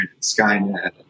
Skynet